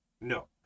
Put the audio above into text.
No